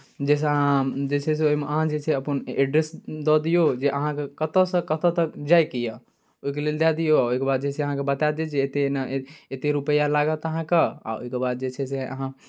जाहिसँ अहाँ जे छै से अहाँ जे छै से अपन एड्रेस दऽ दियौ जे अहाँकेँ कतयसँ कतय तक जायके यए ओहिके लेल दए दियौ ओहिके बाद जे छै अहाँकेँ बता देत जे एतेक एना एतेक रुपैआ लागत अहाँकेँ आ ओहिके बाद जे छै से अहाँ